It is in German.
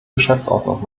geschäftsordnung